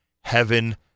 Heaven